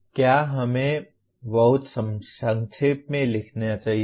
क्या हमें बहुत संक्षेप में लिखना चाहिए